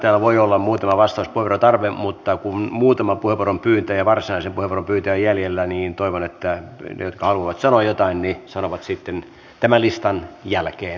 täällä voi olla muutama vastauspuheenvuorotarve mutta kun muutama varsinaisen puheenvuoron pyytäjä on jäljellä niin toivon että ne jotka haluavat sanoa jotain sanovat sitten tämän listan jälkeen